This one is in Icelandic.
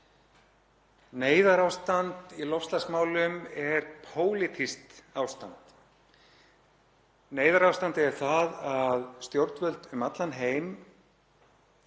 Neyðarástand í loftslagsmálum er pólitískt ástand. Neyðarástandið er það að stjórnvöld um allan heim